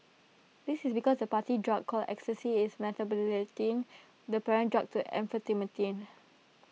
this is because the party drug called ecstasy is the parent drug to amphetamine